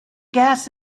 gas